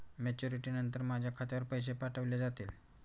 Maturity नंतर माझ्या खात्यावर पैसे पाठविले जातील?